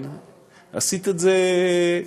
עשית את זה,